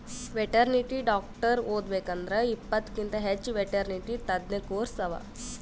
veterinary doctor ಓದಬೇಕ್ ಅಂದ್ರ ಇಪ್ಪತ್ತಕ್ಕಿಂತ್ ಹೆಚ್ಚ್ ವೆಟೆರ್ನಿಟಿ ತಜ್ಞ ಕೋರ್ಸ್ ಅವಾ